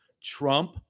Trump